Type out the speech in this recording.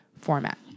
format